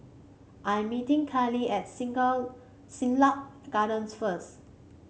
I'm meeting Kaylee at Siglap Gardens first